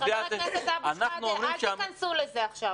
חבר הכנסת אבו שחאדה, אל תיכנסו לזה עכשיו.